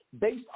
based